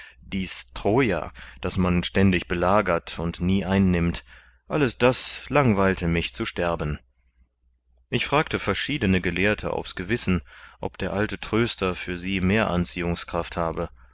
dies troja das man beständig belagert und nie einnimmt alles das langweilte mich zu sterben ich fragte verschiedene gelehrte aufs gewissen ob der alte tröster für sie mehr anziehungskraft habe